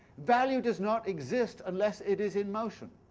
value does not exist unless it is in motion.